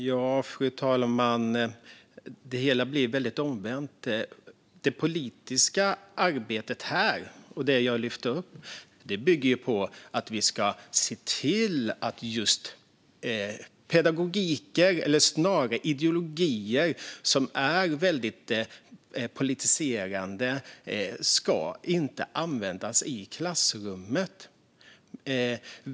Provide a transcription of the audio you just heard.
Fru talman! Det hela blir väldigt omvänt. Det politiska arbetet här handlar ju om att vi ska se till att pedagogiker, eller snarare ideologier, som är väldigt politiserade inte ska användas i klassrummet.